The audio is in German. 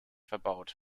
verbaut